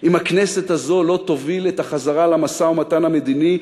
אם הכנסת הזאת לא תוביל את החזרה למשא-ומתן המדיני,